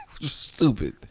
Stupid